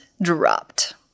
Dropped